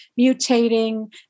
mutating